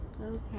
Okay